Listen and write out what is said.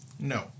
No